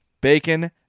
Bacon